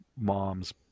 mom's